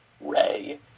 ray